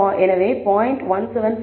எனவே 0